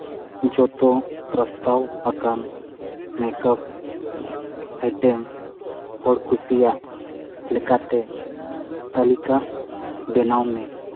ᱡᱚᱛᱚ ᱯᱨᱚᱥᱛᱟᱵ ᱟᱠᱟᱱ ᱢᱮᱠᱟᱯ ᱟᱭᱴᱮᱢ ᱦᱚᱲ ᱠᱩᱥᱤᱭᱟᱜ ᱞᱮᱠᱟᱛᱮ ᱛᱟᱹᱞᱤᱠᱟ ᱵᱮᱱᱟᱣ ᱢᱮ